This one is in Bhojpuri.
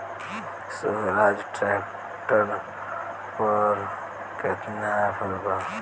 सोहराज ट्रैक्टर पर केतना ऑफर बा?